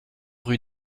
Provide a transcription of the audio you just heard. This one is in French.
rue